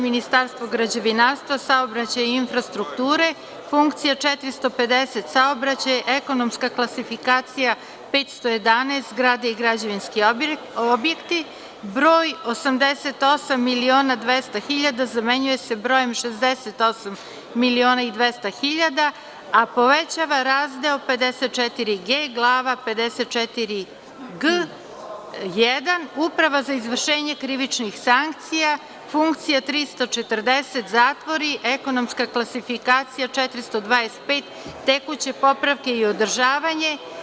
Ministarstvo građevinarstva, saobraćaja i infrastrukture, Funkcija 450 Saobraćaj, Ekonomska klasifikacija 511 Zgrade i građevinski objekti, broj „88.200.000“ zamenjuje se brojem „68.200.000“, a povećava Razdeo 54g, Glava 54g1 Uprava za izvršenje krivičnih sankcija, Funkcija 340 Zatvori, Ekonomska klasifikacija 425 Tekuće popravke i održavanje.